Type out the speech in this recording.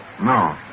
No